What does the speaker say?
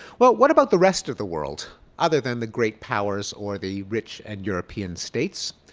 well, what about the rest of the world other than the great powers or the rich and european states?